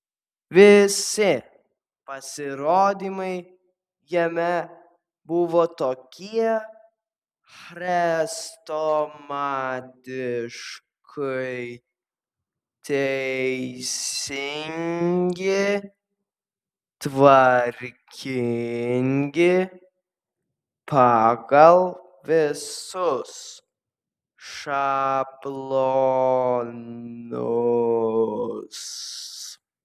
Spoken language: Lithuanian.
visi pasirodymai jame buvo tokie chrestomatiškai teisingi tvarkingi pagal visus šablonus